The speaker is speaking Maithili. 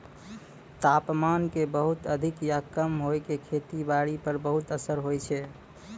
तापमान के बहुत अधिक या कम होय के खेती बारी पर बहुत असर होय छै